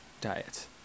diet